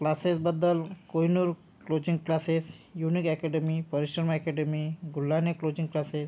क्लासेसबद्दल Kohinoor coaching classes unique academy Parishram academy Gulhane coaching classes